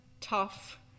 tough